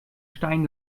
stein